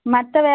மற்ற